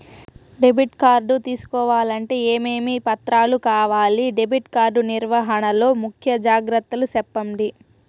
Debit card తీసుకోవాలంటే ఏమేమి పత్రాలు కావాలి? డెబిట్ కార్డు నిర్వహణ లో ముఖ్య జాగ్రత్తలు సెప్పండి?